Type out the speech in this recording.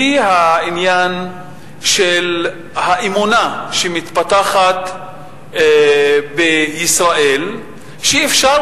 היא העניין של האמונה שמתפתחת בישראל שאפשר